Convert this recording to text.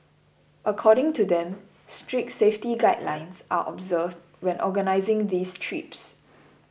according to them strict safety guidelines are observed when organising these trips